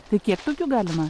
tai kiek tokių galima